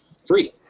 free